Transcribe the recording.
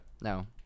No